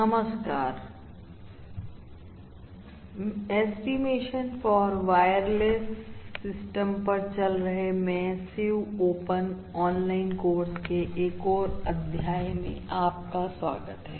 नमस्कार estimation for wireless system पर चल रहे मैसिव ओपन ऑनलाइन कोर्स के एक और अध्याय में स्वागत है